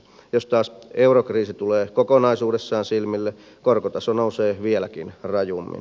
jos taas eurokriisi tulee kokonaisuudessaan silmille korkotaso nousee vieläkin rajummin